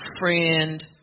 friend